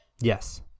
Yes